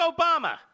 Obama